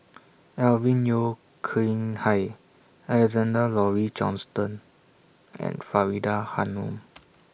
Alvin Yeo Khirn Hai Alexander Laurie Johnston and Faridah Hanum